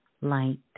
light